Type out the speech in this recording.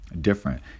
different